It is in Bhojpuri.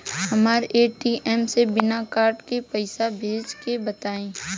हमरा ए.टी.एम से बिना कार्ड के पईसा भेजे के बताई?